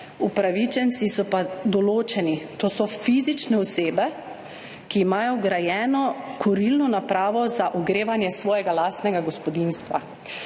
Upravičenci so pa določeni, to so fizične osebe, ki imajo vgrajeno kurilno napravo za ogrevanje svojega lastnega gospodinjstva.